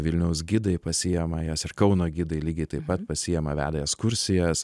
vilniaus gidai pasiima jas ir kauno gidai lygiai taip pat pasiima veda į ekskursijas